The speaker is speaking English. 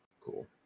Cool